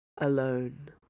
Alone